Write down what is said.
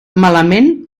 malament